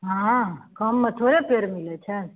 हँ कमे थोड़े पेड़ मिलै छै